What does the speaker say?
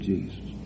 Jesus